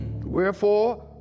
Wherefore